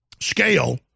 scale